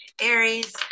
aries